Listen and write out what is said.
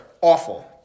Awful